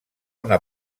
una